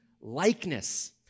likeness